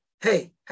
Hey